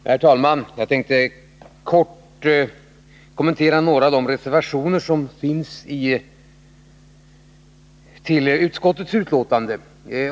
Herr talman! Jag tänkte kort kommentera några av de reservationer som avgivits till utskottets betänkande.